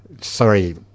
sorry